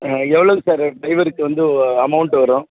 எவ்வளோங்க சார் டிரைவருக்கு வந்து அமௌண்ட் வரும்